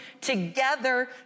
together